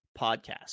podcast